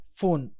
phone